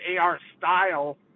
AR-style